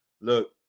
look